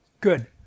good